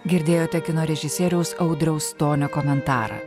girdėjote kino režisieriaus audriaus stonio komentarą